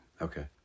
Okay